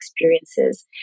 experiences